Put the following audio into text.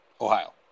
Ohio